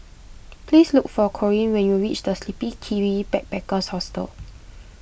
please look for Corean when you reach the Sleepy Kiwi Backpackers Hostel